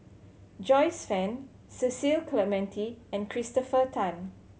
Joyce Fan Cecil Clementi and Christopher Tan